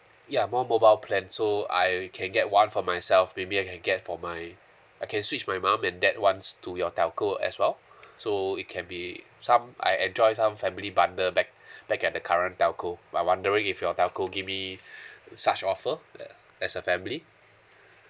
ya more mobile plan so I can get one for myself maybe I can get for my I can switch my mum and dad ones to your telco as well so it can be some I enjoy some family bundle back back at the current telco I wondering if your telco give me such offer uh as a family